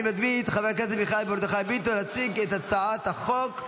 אני מזמין את חבר הכנסת מיכאל מרדכי ביטון להציג את הצעת החוק,